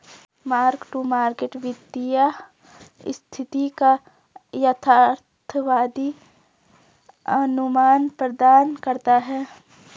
mark to market वित्तीय स्थिति का यथार्थवादी अनुमान प्रदान करता है